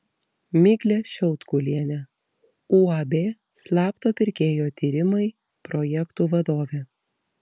miglė šiautkulienė uab slapto pirkėjo tyrimai projektų vadovė